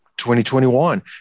2021